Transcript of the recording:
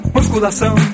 Musculação